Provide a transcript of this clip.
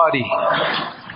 body